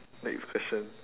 next question